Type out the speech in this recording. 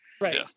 Right